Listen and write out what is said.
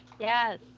Yes